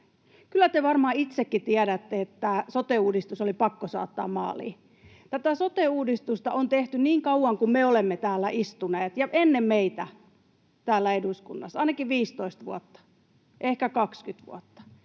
kyllä te varmaan itsekin tiedätte, että sote-uudistus oli pakko saattaa maaliin. Tätä sote-uudistusta on tehty niin kauan kuin me olemme täällä eduskunnassa istuneet, ja ennen meitä, ainakin 15 vuotta, ehkä 20 vuotta.